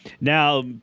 now